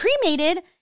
cremated